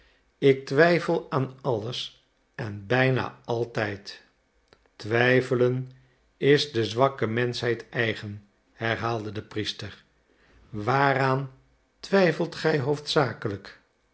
ik twijfel aan alles en bijna altijd twijfelen is de zwakke menschheid eigen herhaalde de priester waaraan twijfelt gij hoofdzakelijk